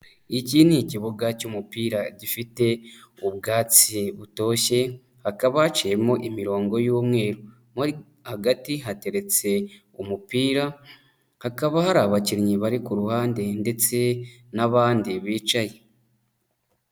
Iki ni ikibuga cy'umupira gifite ubwatsi butoshye, hakaba haciyemo imirongo y'umweru. Mo hagati hateretse umupira, hakaba hari abakinnyi bari ku ruhande ndetse n'abandi bicaye.